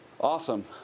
Awesome